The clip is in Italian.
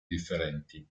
differenti